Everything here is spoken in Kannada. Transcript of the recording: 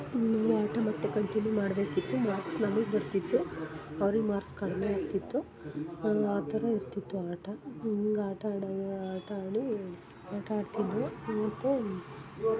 ಇನ್ನು ಆಟ ಮತ್ತು ಕಂಟಿನ್ಯೂ ಮಾಡಬೇಕಿತ್ತು ಮಾರ್ಕ್ಸ್ ನಮಗೆ ಬರ್ತಿತ್ತು ಅವ್ರಿಗೆ ಮಾರ್ಕ್ಸ್ ಕಡ್ಮೆ ಆಗ್ತಿತ್ತು ಆ ಥರ ಇರ್ತಿತ್ತು ಆಟ ಹಿಂಗೆ ಆಟ ಆಡದು ಆಟ ಆಡಿ ಆಟ ಆಡ್ತಿದ್ವು ಮತ್ತು